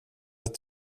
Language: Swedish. att